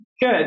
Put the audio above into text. good